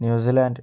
New Zealand